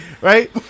Right